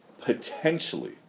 Potentially